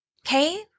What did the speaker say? Okay